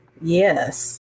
Yes